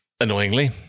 annoyingly